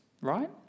right